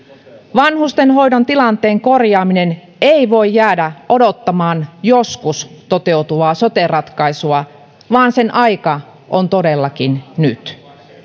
vanhustenhoidon tilanteen korjaaminen ei voi jäädä odottamaan joskus toteutuvaa sote ratkaisua vaan sen aika on todellakin nyt